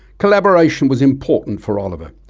collaboration was important for oliver.